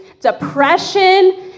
depression